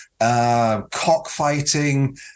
Cockfighting